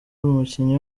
umukinnyi